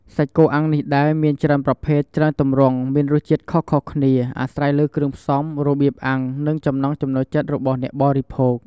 សាច់គោអាំងនេះដែរមានច្រើនប្រភេទច្រើនទម្រង់ មានរសជាតិខុសៗគ្នា អាស្រ័យលើគ្រឿងផ្សំ របៀបអាំង និងចំណង់ចំណូលចិត្តរបស់អ្នកបរិភោគ។